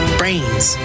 brains